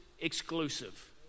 exclusive